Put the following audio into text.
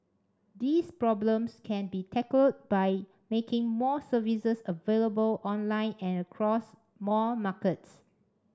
these problems can be tackled by making more services available online and across more markets